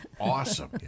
awesome